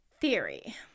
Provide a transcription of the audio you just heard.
theory